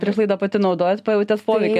prieš laidą pati naudojot pajautėt poveikį